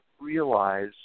realize